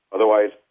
Otherwise